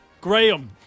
Graham